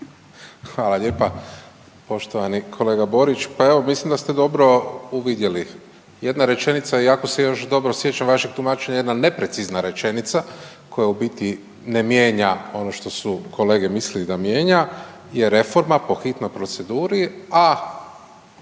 Hvala lijepa poštovani kolega Borić. Pa evo, mislim da ste dobro uvidjeli. Jedna rečenica, iako se još dobro sjećam vašeg tumačenja, jedna neprecizna rečenica koja u biti ne mijenja ono to su kolege mislili da mijenja je reforma po hitnoj proceduri, a